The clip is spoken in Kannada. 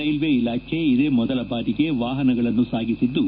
ರೈಲ್ವೆ ಇಲಾಖೆ ಇದೇ ಮೊದಲ ಬಾರಿಗೆ ವಾಹನಗಳನ್ನು ಸಾಗಿಸಿದ್ದು